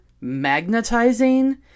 magnetizing